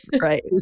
right